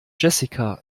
jessica